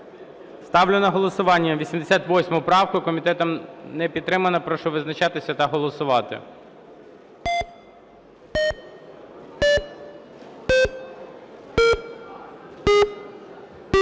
Ставлю на голосування 88 правку. Комітетом не підтримана. Прошу визначатися та голосувати.